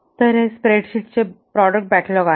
तर हे स्प्रेडशीटचे प्रॉडक्ट बॅकलॉग आहे